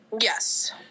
Yes